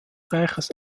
reiches